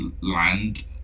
land